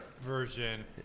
version